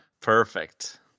perfect